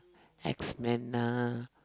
X-Men ah